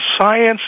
science